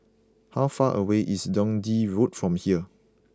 how far away is Dundee Road from here